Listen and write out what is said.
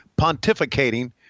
pontificating